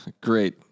Great